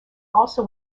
also